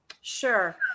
Sure